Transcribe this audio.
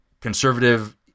conservative